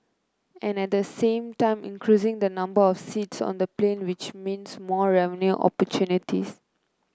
and at the same time increasing the number of seats on the plane which means more revenue opportunities